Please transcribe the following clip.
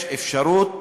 יש אפשרות